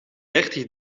dertig